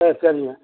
ஆ சரிங்க